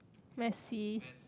let's see